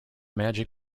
magic